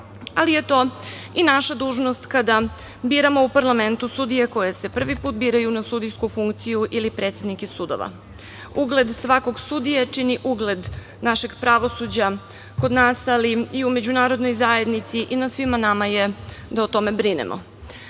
ali je to i naša dužnost kada biramo u parlamentu sudije koje se prvi put biraju na sudijsku funkciju ili predsednike sudova. Ugled svakog sudije čini ugled našeg pravosuđa kod nas, ali i u međunarodnoj zajednici i na svima nama je da o tome brinemo. Reforme